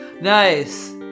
Nice